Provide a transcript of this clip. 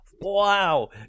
Wow